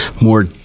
more